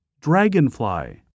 Dragonfly